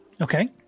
Okay